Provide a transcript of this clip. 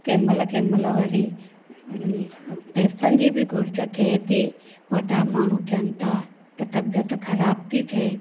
कंहिं महिल कंहिं महिल वरी पैसनि जी बि घुर्ज थिए थी वॾा माण्हू थिअनि था त तबियत ख़राबु थी थे